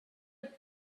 said